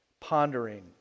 pondering